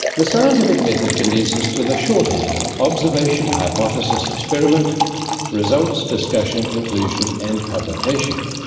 the scientific method condenses to the shorthand of observation hypothesis experiment results discussion conclusion and publication.